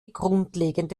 grundlegende